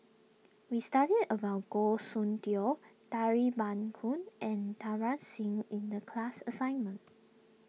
we studied about Goh Soon Tioe dairy ban and Singh in the class assignment